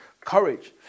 courage